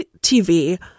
TV